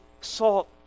salt